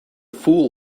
fool